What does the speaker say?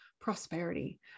prosperity